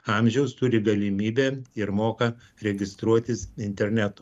amžiaus turi galimybę ir moka registruotis internetu